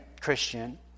Christian